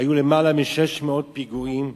יותר מ-600 פיגועים,